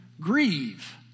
grieve